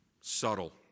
subtle